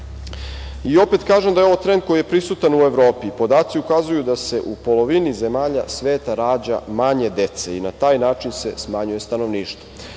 način. Opet kažem da je ovo trend koji je prisutan i u Evropi. Podaci ukazuju da se u polovini zemalja sveta rađa manje dece i na taj način se smanjuje stanovništvo.